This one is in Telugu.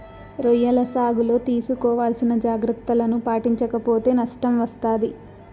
రొయ్యల సాగులో తీసుకోవాల్సిన జాగ్రత్తలను పాటించక పోతే నష్టం వస్తాది